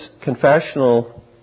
confessional